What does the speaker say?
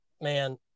man